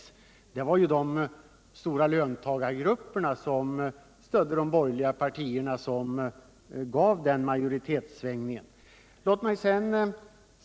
Det var ju de stora löntagargrupperna som genom sitt stöd till de borgerliga partierna gav en majoritetsförskjutning.